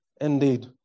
indeed